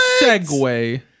segue